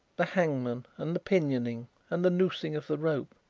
the hangman and the pinioning and the noosing of the rope,